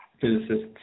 Physicists